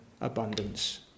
abundance